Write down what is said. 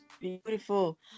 Beautiful